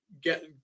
get